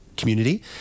community